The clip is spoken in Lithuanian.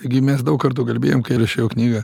taigi mes daug kartų kalbėjom kai rašiau knygą